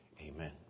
Amen